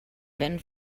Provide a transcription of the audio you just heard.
ben